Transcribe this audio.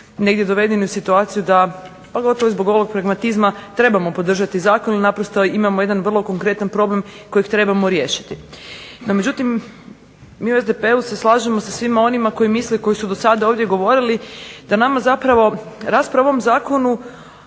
da smo dovedeni u situaciju da pogotovo zbog ovog pragmatizma trebamo podržati Zakon jer zapravo imamo jedan vrlo konkretan problem kojeg trebamo riješiti. NO međutim, mi u SDP-u se slažemo sa svima onima koji misle koji su do sada govorili, da nama rasprava o ovom zakonu